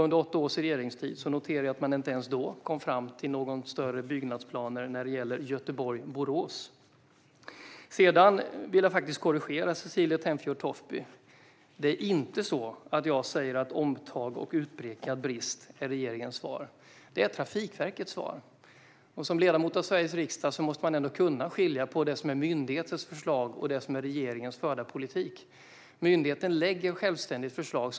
Under åtta års regeringstid kom man inte fram till några större byggnadsplaner för sträckan Göteborg-Borås. Sedan vill jag korrigera Cecilie Tenfjord-Toftby. Det är inte så att jag säger att "omtag" och "utpekad brist" är regeringens svar. Det är Trafikverkets svar. Som ledamot av Sveriges riksdag måste man kunna skilja på myndigheters förslag och regeringens förda politik. Myndigheten lägger fram förslag självständigt.